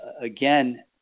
again